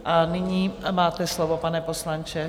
A nyní máte slovo, pane poslanče.